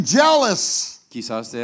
jealous